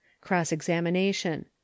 Cross-examination